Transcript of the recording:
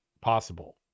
possible